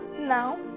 Now